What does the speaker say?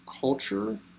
culture